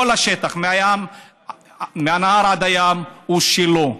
כל השטח מהנהר עד הים, הוא שלו,